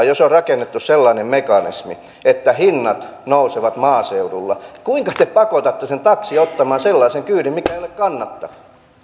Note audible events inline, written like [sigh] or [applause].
[unintelligible] jos on rakennettu sellainen mekanismi että hinnat nousevat maaseudulla niin kuinka te voitte sitten pakottaa taksin ottamaan sellaisen kyydin mikä ei ole kannattava